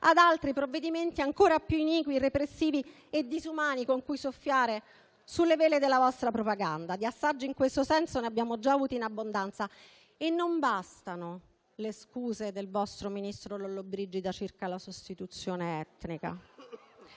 ad altri provvedimenti ancora più iniqui, repressivi e disumani con cui soffiare sulle vele della vostra propaganda. Di assaggi in questo senso ne abbiamo già avuti in abbondanza e non bastano le scuse del ministro Lollobrigida circa la sostituzione etnica.